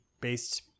based